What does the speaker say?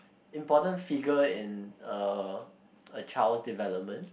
important figure in a a child development